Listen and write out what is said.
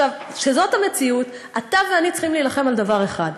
כשזו המציאות, אתה ואני צריכים להילחם על דבר אחד: